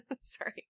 Sorry